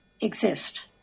exist